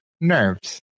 nerves